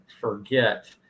forget